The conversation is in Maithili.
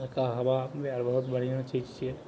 टटका हवा लियए बहुत बढ़ियाँ चीज छियै